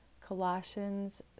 Colossians